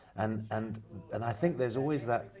and and and i think there's always that,